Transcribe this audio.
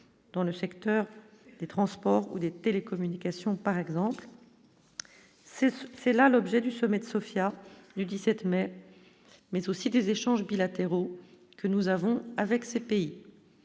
dans le secteur des transports ou des télécommunications par exemple c'est ce c'est là l'objet du sommet de Sofia, du 17 mai mais aussi des échanges bilatéraux que nous avons avec ces pays,